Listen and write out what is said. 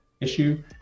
issue